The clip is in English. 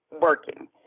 working